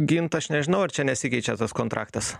gint aš nežinau ar čia nesikeičia tas kontraktas